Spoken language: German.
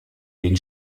den